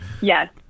Yes